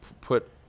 put